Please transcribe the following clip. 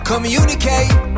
Communicate